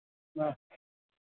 ಹಾಂ